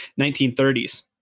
1930s